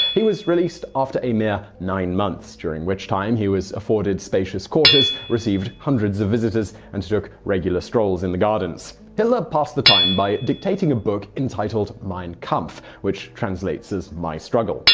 he was released after a mere nine months, during which time he was afforded spacious quarters, received hundreds of visitors, and took regular strolls in the gardens. hitler passed the time by dictating a book entitled mein and kampf, which translates as my struggle.